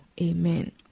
Amen